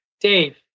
Dave